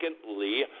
secondly